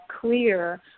clear